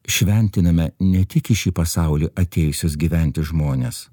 šventiname ne tik į šį pasaulį atėjusius gyventi žmones